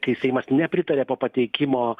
kai seimas nepritarė po pateikimo